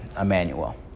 Emmanuel